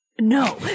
No